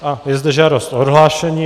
A je zde žádost o odhlášení.